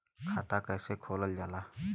खाता कैसे खोलल जाला?